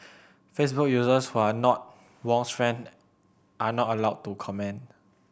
Facebook users who are not Wong's friend are not allowed to comment